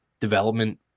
development